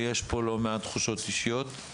ויש פה לא מעט תחושות אישיות.